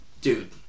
dude